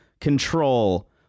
Control